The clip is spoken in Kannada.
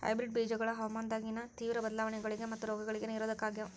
ಹೈಬ್ರಿಡ್ ಬೇಜಗೊಳ ಹವಾಮಾನದಾಗಿನ ತೇವ್ರ ಬದಲಾವಣೆಗಳಿಗ ಮತ್ತು ರೋಗಗಳಿಗ ನಿರೋಧಕ ಆಗ್ಯಾವ